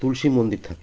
তুলসী মন্দির থাকে